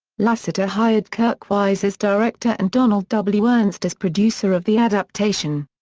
lasseter hired kirk wise as director and donald w. ernst as producer of the adaptation.